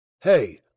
Hey